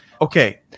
Okay